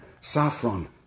saffron